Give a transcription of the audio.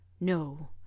No